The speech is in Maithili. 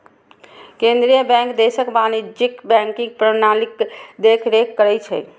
केंद्रीय बैंक देशक वाणिज्यिक बैंकिंग प्रणालीक देखरेख करै छै